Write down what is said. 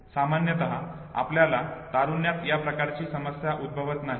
सामान्यत आपल्याला तारुण्यात या प्रकारची समस्या उद्भवत नाही